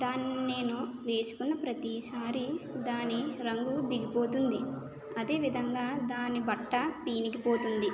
దాన్ని నేను వేసుకున్న ప్రతిసారి దాని రంగు దిగిపోతుంది అదేవిధంగా దాని బట్ట పిగిలిపోతుంది